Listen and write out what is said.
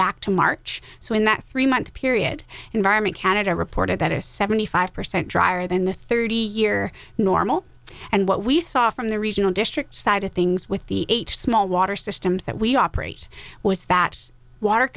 back to march so in that three month period environment canada reported that a seventy five percent drier than the thirty year normal and what we saw from the regional district side of things with the eight small water systems that we operate was that water